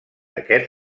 aquest